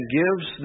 gives